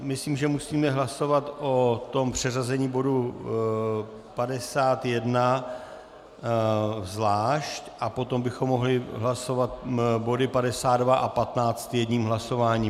Myslím, že musíme hlasovat o přeřazení bodu 51 zvlášť a potom bychom mohli hlasovat body 52 a 15 jedním hlasováním.